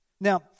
Now